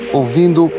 ouvindo